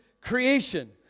creation